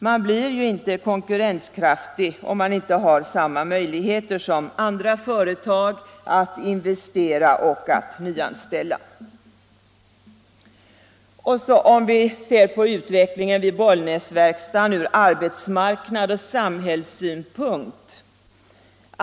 Man blir inte konkurrenskraftig om man inte har samma möjligheter som andra företag att investera och nyanställa. Vi bör också se på utvecklingen vid Bollnäsverkstaden från arbetsmarknadsoch samhällssynpunkt.